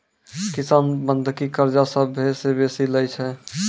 किसान बंधकी कर्जा सभ्भे से बेसी लै छै